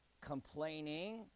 complaining